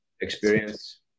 experience